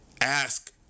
ask